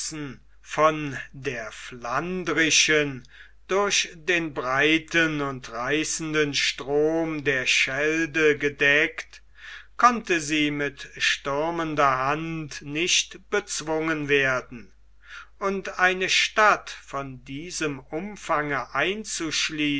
von der flandrischen durch den breiten und reißenden strom der schelde gedeckt konnte sie mit stürmender hand nicht bezwungen werden und eine stadt von diesem umfange einzuschließen